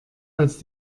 als